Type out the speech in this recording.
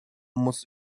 muss